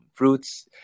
fruits